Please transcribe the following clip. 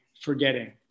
forgetting